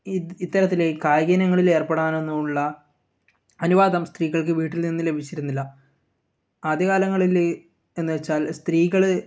E ഇത്തരത്തിൽ കായിക ഇനങ്ങളിൽ ഏർപ്പെടാനൊന്നുമുള്ള അനുവാദം സ്ത്രീകൾക്ക് വീട്ടിൽ നിന്നും ലഭിച്ചിരുന്നില്ല ആദ്യ കാലങ്ങളിൽ എന്നു വെച്ചാൽ സ്ത്രീകൾ